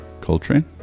Coltrane